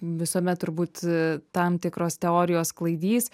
visuomet turbūt tam tikros teorijos sklaidys